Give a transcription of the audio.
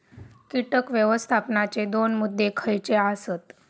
कीटक व्यवस्थापनाचे दोन मुद्दे खयचे आसत?